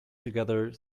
together